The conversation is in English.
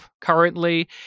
currently